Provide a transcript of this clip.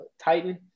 Titan